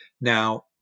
now